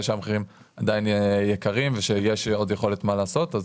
שהמחירים עדיין יקרים ויש עוד יכולת לעשות משהו,